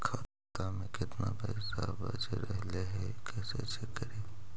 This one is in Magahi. खाता में केतना पैसा बच रहले हे कैसे चेक करी?